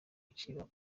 kiba